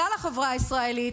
כלל החברה הישראלית,